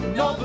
no